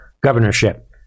governorship